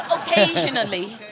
Occasionally